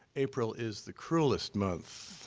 april is the cruelest month.